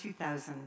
2000